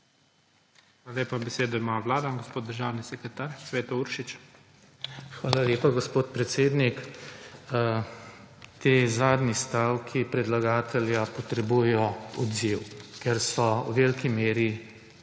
Hvala lepa. Besedo ima Vlada. Gospod državni sekretar Cveto Uršič. **CVETO URŠIČ:** Hvala lepa, gospod predsednik. Ti zadnji stavki predlagatelja potrebujejo odziv, ker so v veliki meri